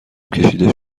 کشیده